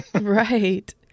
Right